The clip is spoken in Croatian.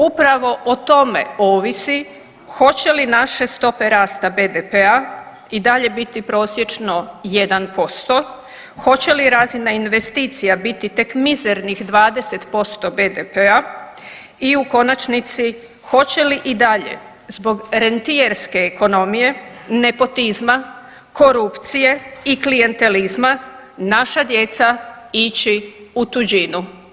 Upravo o tome ovisi hoće li naše stope rasta BDP-a i dalje biti prosječno 1%, hoće li razina investicija biti tek mizernih 20% BDP-a i u konačnici, hoće li i dalje zbog rentijerske ekonomije nepotizma, korupcije i klijentelizma naša djeca ići u tuđinu.